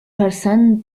persons